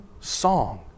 song